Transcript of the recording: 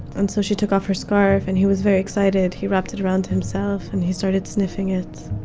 and so she took off her scarf, and he was very excited. he wrapped it around himself, and he started sniffing it